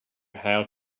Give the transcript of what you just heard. how